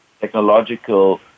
technological